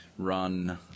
run